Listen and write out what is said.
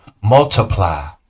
Multiply